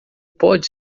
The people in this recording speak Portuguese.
pode